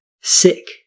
Sick